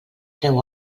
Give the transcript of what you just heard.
treu